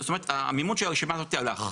זאת אומרת, המימון של הרשימה הזאת הלך,